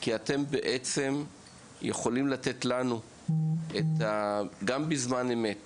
כי אתם בעצם יכולים לתת לנו, גם בזמן אמת